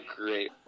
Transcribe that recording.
great